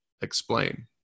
Explain